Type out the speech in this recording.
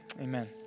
amen